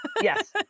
yes